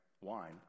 wine